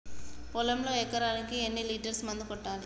పొలంలో ఎకరాకి ఎన్ని లీటర్స్ మందు కొట్టాలి?